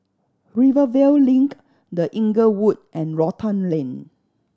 Rivervale Link The Inglewood and Rotan Lane